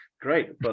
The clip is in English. great